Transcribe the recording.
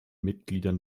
mitgliedern